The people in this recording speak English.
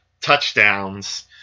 touchdowns